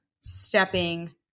stepping